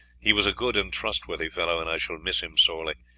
he was a good and trustworthy fellow, and i shall miss him sorely.